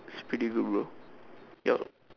it's pretty good bro your